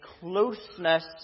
closeness